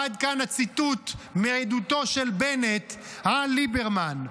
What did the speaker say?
עד כאן הציטוט מעדותו של בנט על ליברמן.